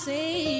say